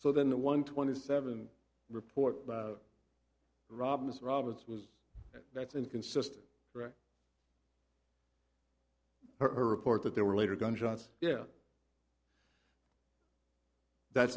so then the one twenty seven report rob ms roberts was that's inconsistent correct her report that there were later gunshots yeah that's